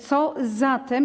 Co zatem?